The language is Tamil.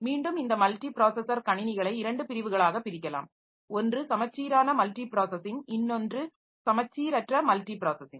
மீண்டும் இந்த மல்டி ப்ராஸஸர் கணினிகளை இரண்டு பிரிவுகளாகப் பிரிக்கலாம் ஒன்று சமச்சீரான மல்டி ப்ராஸஸிங் இன்னொன்று சமச்சீரற்ற மல்டி ப்ராஸஸிங்